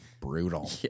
brutal